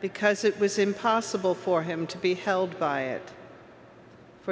because it was impossible for him to be held by it for